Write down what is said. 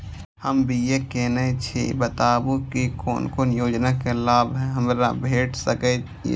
हम बी.ए केनै छी बताबु की कोन कोन योजना के लाभ हमरा भेट सकै ये?